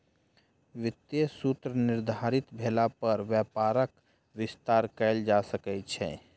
वित्तीय सूत्र निर्धारित भेला पर व्यापारक विस्तार कयल जा सकै छै